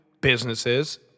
businesses